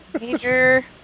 Major